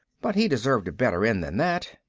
but he deserved a better end than that.